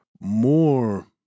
more